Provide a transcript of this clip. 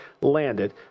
landed